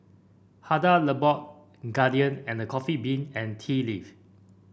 Hada Labo Guardian and The Coffee Bean and Tea Leaf